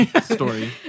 Story